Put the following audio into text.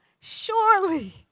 surely